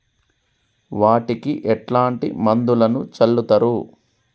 వాటికి ఎట్లాంటి మందులను చల్లుతరు?